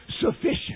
sufficient